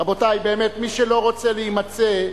רבותי, באמת, מי שלא רוצה להימצא,